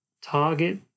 target